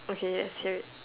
okay let's hear it